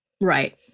Right